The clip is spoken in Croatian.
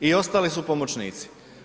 I ostali su pomoćnici.